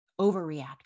overreact